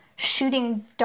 shooting